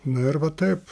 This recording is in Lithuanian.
na ir va taip